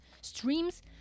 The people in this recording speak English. streams